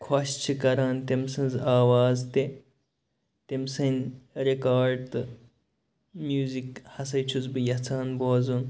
خۄش چھِ کران تٔمۍ سٕنٛز آواز تہِ تیٚمہِ سٔنٛدۍ رِکاڑ تہٕ میوٗزِک ہسا چھُس بہٕ یژھان بوزُن